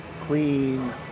clean